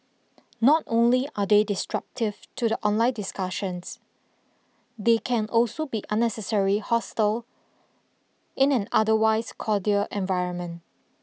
not only are they disruptive to the online discussion they can also be unnecessary hostile in an otherwise cordial environment